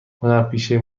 هنرپیشه